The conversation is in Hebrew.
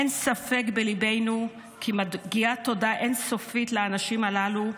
אין ספק בליבנו כי מגיעה תודה אין-סופית לאנשים הללו,